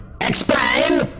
Explain